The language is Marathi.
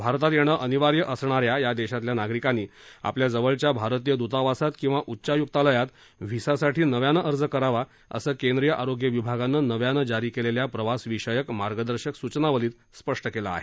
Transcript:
भारतात येणं अनिवार्य असणाऱ्या या देशातल्या नागरिकांनी आपल्या जवळच्या भारतीय दूतावासात किंवा उच्चायुक्तालयात व्हिसासाठी नव्यानं अर्ज करावा असं केंद्रीय आरोग्य विभागानं नव्यानं जारी केलेल्या प्रवासविषयक मार्गदर्शक सूचनावलीत स्पष्ट केलं आहे